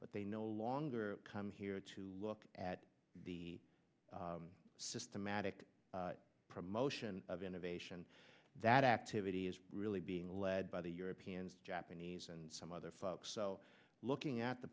but they no longer come here to look at the systematic promotion of innovation that activity is really being led by the europeans japanese and some other folks so looking at the